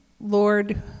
Lord